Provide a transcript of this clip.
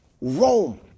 Rome